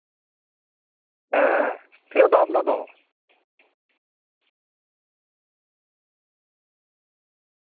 ᱦᱮᱸ ᱛᱤᱱᱟᱹᱜ ᱫᱟᱢ ᱚᱱᱟ ᱫᱚ